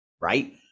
right